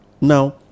now